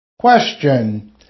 Question